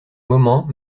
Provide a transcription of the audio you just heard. moment